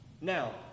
Now